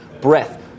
breath